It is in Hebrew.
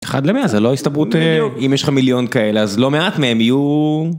אחד למאה, זה לא הסתברות, אם יש לך מיליון כאלה, אז לא מעט מהם יהיו...